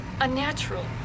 unnatural